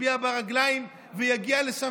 יצביע ברגליים ויגיע לשם,